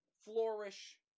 flourish